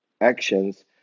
actions